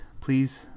please